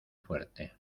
fuerte